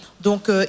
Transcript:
donc